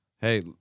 hey